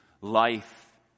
life